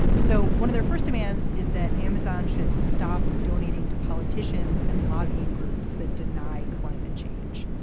so one of their first demands is that amazon should stop donating to politicians and lobbying groups that deny climate change.